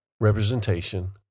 representation